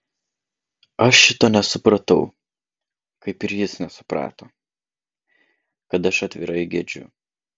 aš šito nesupratau kaip ir jis nesuprato kad aš atvirai gedžiu